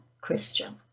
Christian